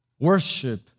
Worship